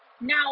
Now